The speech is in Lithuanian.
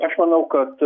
aš manau kad